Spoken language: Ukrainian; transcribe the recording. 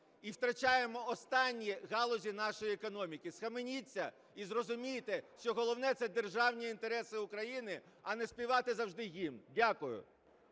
і втрачаємо останні галузі нашої економіки. Схаменіться і зрозумійте, що головне – це державні інтереси України, а не співати завжди гімн. Дякую.